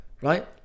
right